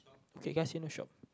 okay can I see the shop